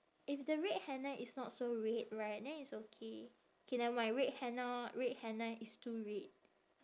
if the red henna is not so red right then it's okay K never mind red henna red henna is too red